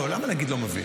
לא, למה להגיד לא מבין?